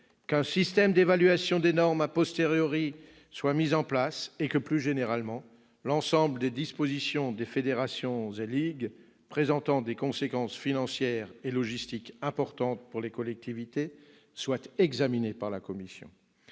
qu'un système d'évaluation des normes soit mis en place et que, plus généralement, l'ensemble des dispositions des fédérations et ligues présentant des conséquences financières et logistiques importantes pour les collectivités soient examinées par la commission.